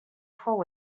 fou